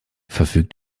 verfügt